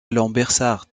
lambersart